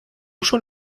schon